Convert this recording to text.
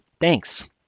Thanks